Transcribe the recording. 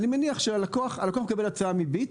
אני מניח שהלקוח מקבל הצעה מ"ביט".